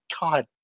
God